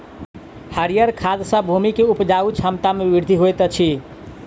हरीयर खाद सॅ भूमि के उपजाऊ क्षमता में वृद्धि होइत अछि